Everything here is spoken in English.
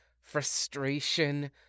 Frustration